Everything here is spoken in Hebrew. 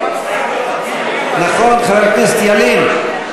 נכון, חבר הכנסת ילין?